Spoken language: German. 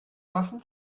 machen